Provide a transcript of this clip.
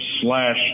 slash